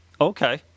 Okay